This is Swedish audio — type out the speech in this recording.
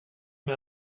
med